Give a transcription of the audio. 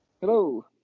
Hello